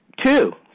Two